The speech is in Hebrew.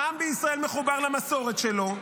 העם בישראל מחובר למסורת שלו.